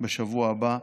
בשבוע הבא את,